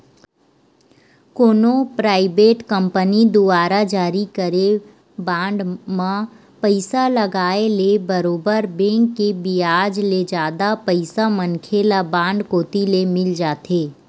कोनो private company दुवारा जारी करे बांड म पइसा लगाय ले बरोबर बेंक के बियाज ले जादा पइसा मनखे ल बांड कोती ले मिल जाथे